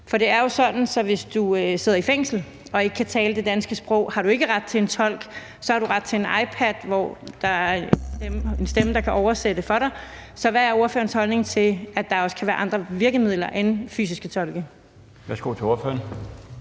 For det er jo sådan, at hvis du sidder i fængsel og ikke kan tale det danske sprog, har du ikke ret til en tolk. Så har du ret til en iPad, hvor der er en stemme, der kan oversætte for dig. Så hvad er ordførerens holdning til, at der også kan være andre virkemidler end fysiske tolke? Kl. 13:47 Den